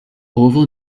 ovo